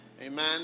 Amen